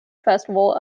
festival